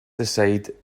decide